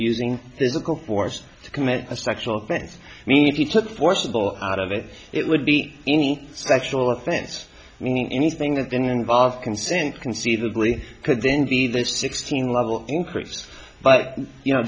using physical force to commit a sexual offense i mean if you took forcible out of it it would be any sexual offense meaning anything that's been involved consent conceivably could then be this sixteen level increases but you know